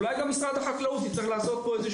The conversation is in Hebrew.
אולי גם משרד החקלאות יצטרך לעשות איזו